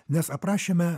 nes aprašyme